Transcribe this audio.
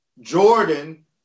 Jordan